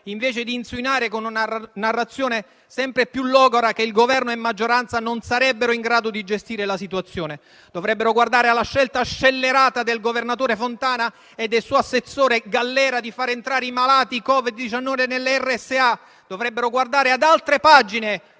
invece di insinuare con una narrazione sempre più logora che Governo e maggioranza non sarebbero in grado di gestire la situazione. Dovrebbero guardare alla scelta scellerata del governatore Fontana e del suo assessore Gallera di far entrare i malati Covid-19 nelle RSA; dovrebbero guardare ad altre pagine